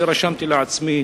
רשמתי לעצמי